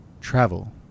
travel